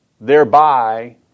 thereby